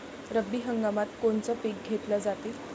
रब्बी हंगामात कोनचं पिक घेतलं जाते?